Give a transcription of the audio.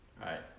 Right